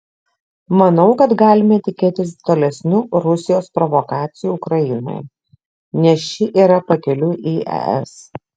manau kad galime tikėtis tolesnių rusijos provokacijų ukrainoje nes ši yra pakeliui į es